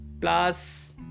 plus